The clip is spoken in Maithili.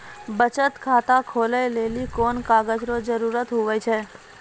बचत खाता खोलै लेली कोन कागज रो जरुरत हुवै छै?